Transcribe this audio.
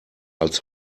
als